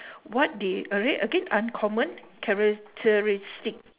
what did a re~ again uncommon characteristic